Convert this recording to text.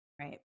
Right